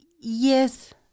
Yes